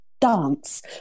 Dance